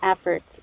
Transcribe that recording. efforts